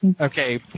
Okay